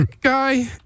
guy